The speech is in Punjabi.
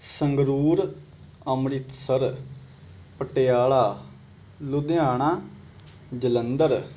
ਸੰਗਰੂਰ ਅੰਮ੍ਰਿਤਸਰ ਪਟਿਆਲਾ ਲੁਧਿਆਣਾ ਜਲੰਧਰ